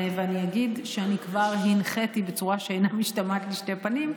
ואני אגיד שאני כבר הנחיתי בצורה שאינה משתמעת לשתי פנים,